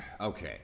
okay